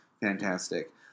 Fantastic